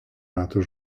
rato